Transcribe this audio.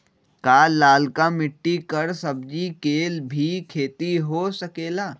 का लालका मिट्टी कर सब्जी के भी खेती हो सकेला?